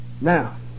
Now